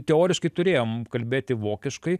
teoriškai turėjom kalbėti vokiškai